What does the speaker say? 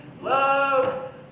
love